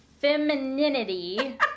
Femininity